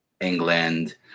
England